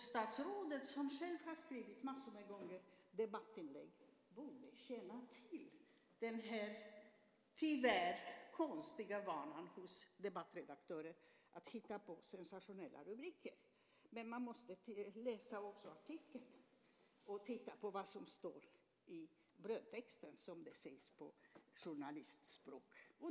Statsrådet har själv skrivit massor med gånger debattinlägg och borde känna till den tyvärr konstiga vanan hos debattredaktörer att hitta på sensationella rubriker. Men man måste läsa också artikeln och titta på vad som står i brödtexten, som det heter på journalistspråk.